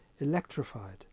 electrified